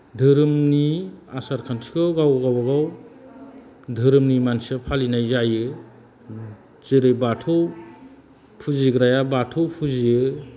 धोरोमनि आसार खान्थिखौ गाव गावबागाव धोरोमनि मानसिया फालिनाय जायो जेरै बाथौ फुजिग्राया बाथौ फुजियो